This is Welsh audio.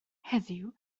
heddiw